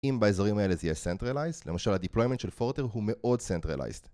אם באזורים האלה זה יהיה Centralized, למשל הדיפלוימנט של פורטר הוא מאוד Centralized